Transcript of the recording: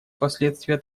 последствия